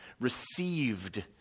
received